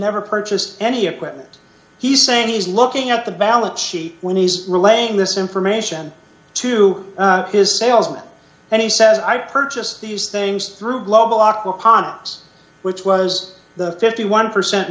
never purchased any equipment he's saying he's looking at the balance sheet when he's relaying this information to his salesman and he says i purchased these things through global aqua ponce which was the fifty one percent